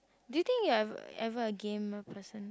do you think you are ev~ ever a gamer person